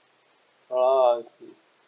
ah I see